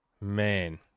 man